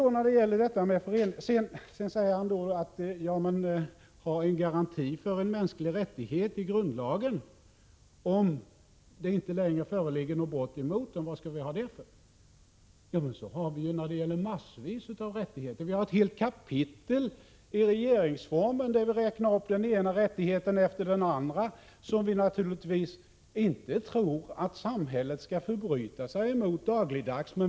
Sedan frågade Olle Svensson: Till vad skall vi i grundlagen ha en garanti för en mänsklig rättighet, om det inte längre föreligger något brott emot den? Men sådana garantier har vi när det gäller mängder av rättigheter. Vi har i regeringsformen ett helt kapitel med sådana. Jag kunde räkna upp den ena rättigheten efter den andra som vi naturligtvis inte tror att samhället skall förbryta sig emot dagligdags.